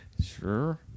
Sure